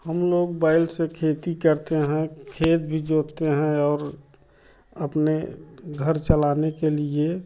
हम लोग बैल से खेती करते हैं खेत भी जोतते हैं और अपने घर चलाने के लिए